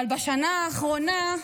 אבל בשנה האחרונה,